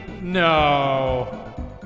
No